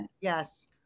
Yes